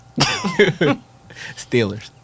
Steelers